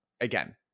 again